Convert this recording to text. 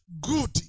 good